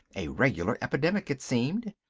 a regular epidemic it seemed.